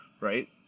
Right